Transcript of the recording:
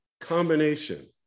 combination